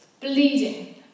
bleeding